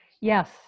Yes